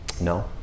No